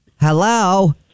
Hello